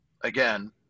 again